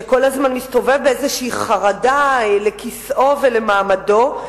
שכל הזמן מסתובב באיזו חרדה לכיסאו ולמעמדו,